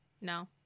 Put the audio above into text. no